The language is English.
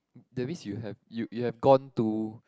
that means you have you you have gone to